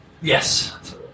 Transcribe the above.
Yes